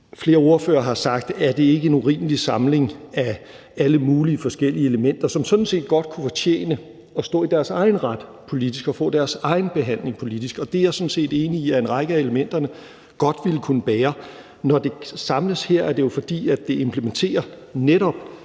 Flere ordførere har sagt: Er det ikke en urimelig samling af alle mulige forskellige elementer, som sådan set godt kunne fortjene at stå i deres egen ret politisk og få deres egen behandling politisk? Jeg er sådan set enig i, at en række af elementerne godt ville kunne bære det. Når det samles her, er det jo, fordi det netop implementerer den